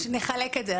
נחלק את זה.